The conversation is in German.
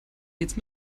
jetzt